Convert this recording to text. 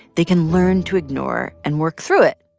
they can learn to ignore and work through it.